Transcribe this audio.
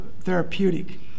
Therapeutic